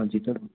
हाँ जी सर